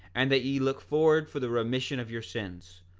and that ye look forward for the remission of your sins,